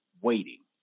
waiting